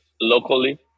locally